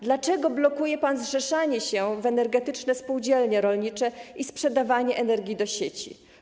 Dlaczego blokuje pan zrzeszanie się w energetyczne spółdzielnie rolnicze i sprzedawanie energii do sieci?